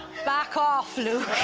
back off, luke.